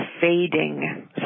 fading